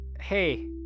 hey